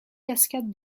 cascade